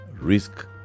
Risk